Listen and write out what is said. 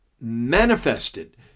manifested